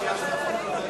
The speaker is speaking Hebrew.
זו בקשה אישית של היושב-ראש.